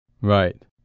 Right